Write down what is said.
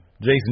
Jason